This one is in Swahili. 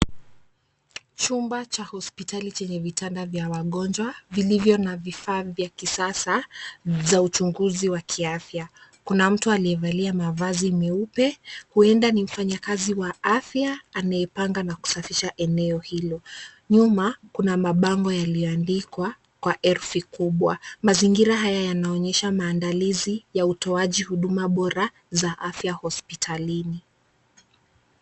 Chumba cha hospitali chenye vitanda vya wagonjwa vilivyo na vifaa vya kisasa za uchunguzi wa kiafya. Kuna mtu aliyevalia mavazi meupe, huenda ni mfanyakazi wa afya anayepanga na kusafisha eneo hilo. Nyuma kuna mabango yaliyoandikwa kwa herufi kubwa. Mazingira haya yanaonyesha maandalizi ya utoaji huduma bora za afya hospitalini.